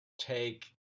take